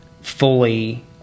fully